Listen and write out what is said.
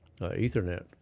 Ethernet